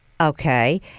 okay